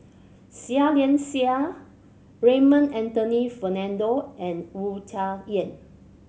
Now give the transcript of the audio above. Seah Liang Seah Raymond Anthony Fernando and Wu Tsai Yen